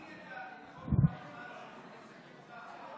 השר כהנא היה נציגה של השרה, שהיא חולת קורונה.